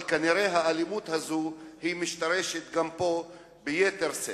אבל כנראה האלימות הזאת משתרשת גם פה ביתר שאת.